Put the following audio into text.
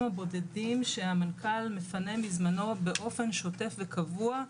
הבודדים שהמנכ"ל מפנה מזמנו באופן שוטף וקבוע,